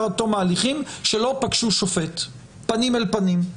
עד תום ההליכים שלא פגשו שופט פנים אל פנים.